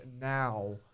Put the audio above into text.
now